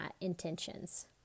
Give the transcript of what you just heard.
intentions